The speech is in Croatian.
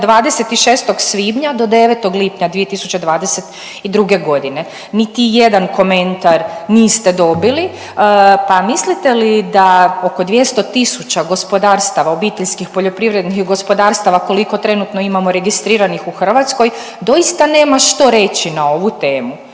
26. svibnja do 9. lipnja 2022. godine. Niti jedan komentar niste dobili, pa mislite li da oko 200.000 gospodarstava obiteljskih poljoprivrednih gospodarstava koliko trenutno imamo trenutno registrirano u Hrvatskoj doista nema što reći na ovu temu